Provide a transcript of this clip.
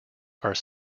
are